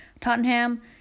Tottenham